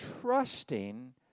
trusting